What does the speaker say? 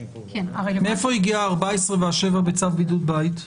מאיפה הגיע ה-14 והשבע בצו בידוד בית?